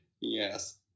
Yes